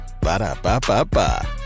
Ba-da-ba-ba-ba